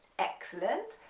excellent,